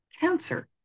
cancer